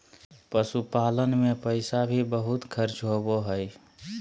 पशुपालन मे पैसा भी बहुत खर्च होवो हय